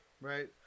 Right